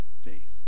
faith